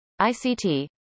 ICT